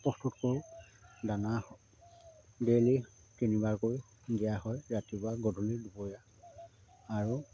প্ৰস্তুত কৰোঁ দানা ডেইলি তিনিবাৰকৈ দিয়া হয় ৰাতিপুৱা গধূলি দুপৰীয়া আৰু